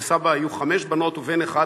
לסבא היו חמש בנות ובן אחד,